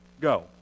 go